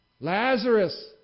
Lazarus